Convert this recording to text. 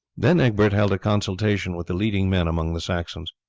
then egbert held a consultation with the leading men among the saxons.